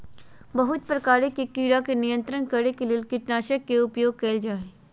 बहुत प्रकार के कीड़ा के नियंत्रित करे ले कीटनाशक के उपयोग कयल जा हइ